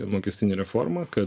mokestinę reformą ka